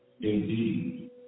indeed